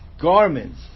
garments